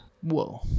Whoa